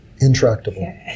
Intractable